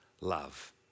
love